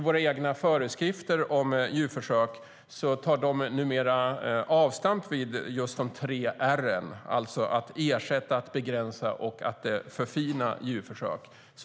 Våra egna föreskrifter om djurförsök tar numera avstamp i de tre r:en - i översättning: att ersätta, begränsa och förfina djurförsök.